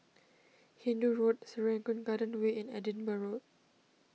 Hindoo Road Serangoon Garden Way and Edinburgh Road